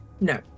No